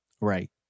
right